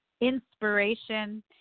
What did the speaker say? inspiration